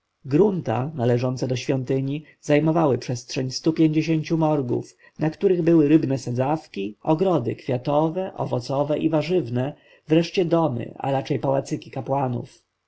grunta należące do świątyni zajmowały przestrzeń stu pięćdziesięciu morgów na których były rybne sadzawki ogrody kwiatowe owocowe i warzywne wreszcie domy a raczej pałacyki kapłanów